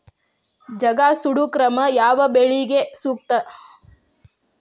ಜಗಾ ಸುಡು ಕ್ರಮ ಯಾವ ಬೆಳಿಗೆ ಸೂಕ್ತ?